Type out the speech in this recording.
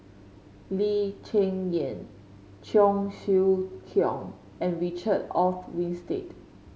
Lee Cheng Yan Cheong Siew Keong and Richard Olaf Winstedt